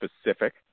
specific